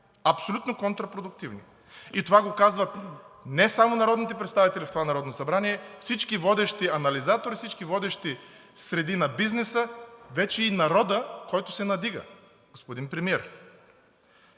Абсолютно контрапродуктивни! И това го казват не само народните представители в това Народно събрание, всички водещи анализатори, всички водещи среди на бизнеса, вече и народът, който се надига. Господин Премиер,